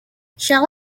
shall